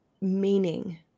meaning